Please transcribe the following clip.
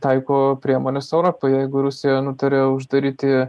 taiko priemones europai jeigu rusija nutarė uždaryti